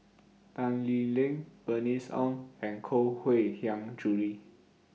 Tan Lee Leng Bernice Ong and Koh Mui Hiang Julie